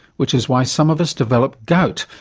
which is why some of us develop gout,